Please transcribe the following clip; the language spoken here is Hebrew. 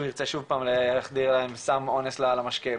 ירצה שוב פעם להחדיר להם סם אונס למשקה,